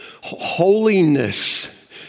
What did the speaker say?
Holiness